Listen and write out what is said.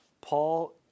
Paul